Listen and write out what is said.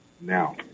now